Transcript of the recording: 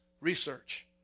Research